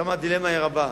ששם הדילמה היא רבה.